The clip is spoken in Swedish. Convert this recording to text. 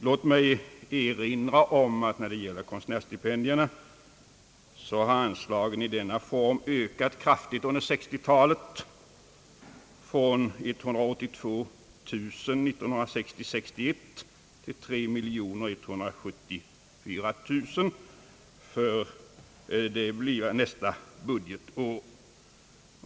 Låt mig erinra om att anslagen till konstnärsstipendier har ökat kraftigt under 1960 talet — från 182 000 kronor 1960/61 till 3 174 000 kronor för nästa budgetår.